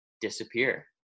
disappear